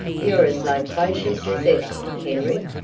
you're as loquacious as ever, hendrick.